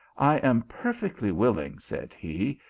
i am perfectly will ing, said he,